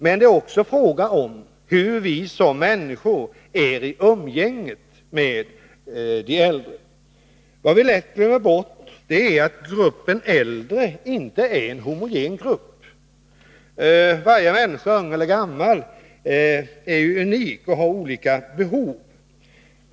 Men det är också fråga om hur vi är som människor i umgänget med de äldre. Vi glömmer lätt bort att gruppen äldre inte är homogen. Varje människa, ung eller gammal, är unik och har olika behov.